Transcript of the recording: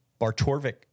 Bartorvik